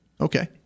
Okay